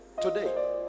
today